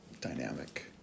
dynamic